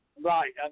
Right